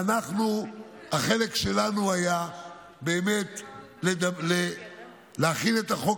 והחלק שלנו היה באמת להכין את החוק